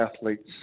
athletes